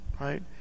Right